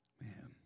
Man